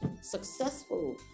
successful